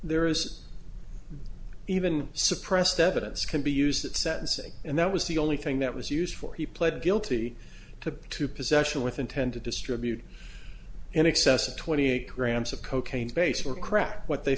there is even suppressed evidence can be used at sentencing and that was the only thing that was used for he pled guilty to two possession with intent to distribute in excess of twenty eight grams of cocaine base or crack what they